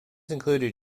included